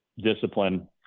discipline